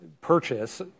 purchase